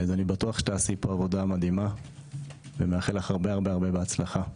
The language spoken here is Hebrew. אני בטוח שתעשי פה עבודה מדהימה ומאחל לך הצלחה רבה.